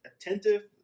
attentive